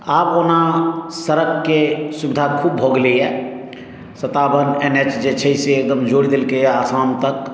आब ओना सड़कके सुविधा खूब भऽ गेलैया सतावन एन एच जे छै से एकदम जोड़ि देलकैया आसाम तक